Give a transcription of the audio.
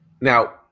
Now